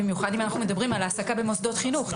במיוחד אם אנחנו מדברים על העסקה במוסדות חינוך.